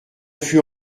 fut